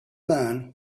man